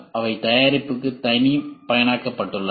அவை தயாரிப்புக்குத் தனிப்பயனாக்கப்பட்டுள்ளன